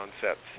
concepts